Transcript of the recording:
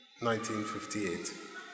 1958